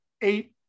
eight